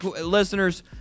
listeners